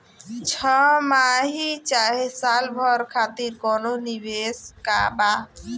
छमाही चाहे साल भर खातिर कौनों निवेश बा का?